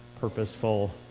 purposeful